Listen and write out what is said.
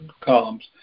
columns